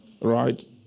right